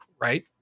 right